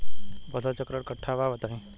फसल चक्रण कट्ठा बा बताई?